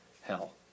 hell